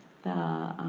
the